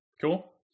Cool